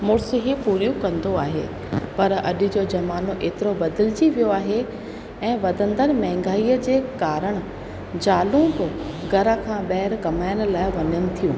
मुड़ुस ई पूरियूं कंदो आहे पर अॼ जो ज़मानो एतिरो बदिलजी वियो आहे ऐं वधंदड़ महिंगाईअ जे कारणि ज़ालूं बि घर खां ॿाहिरि कमाइण लाइ वञनि थियूं